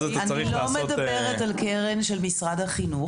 אני לא מדברת על קרן של משרד החינוך.